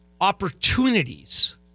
opportunities